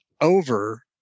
over